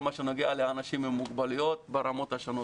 מה שנוגע לאנשים עם מוגבלויות ברמות השונות.